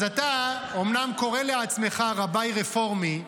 אז אתה אומנם קורא לעצמך רביי רפורמי,